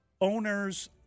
owners –